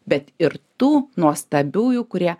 bet ir tų nuostabiųjų kurie